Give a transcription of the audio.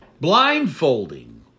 blindfolding